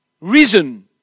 reason